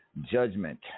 Judgment